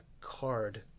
card